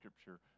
Scripture